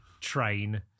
train